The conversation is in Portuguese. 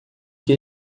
que